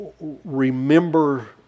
remember